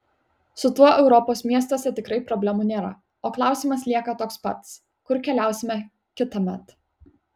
su tuo europos miestuose tikrai problemų nėra o klausimas lieka toks pats kur keliausime kitąmet